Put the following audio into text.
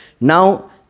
Now